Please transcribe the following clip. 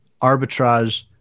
arbitrage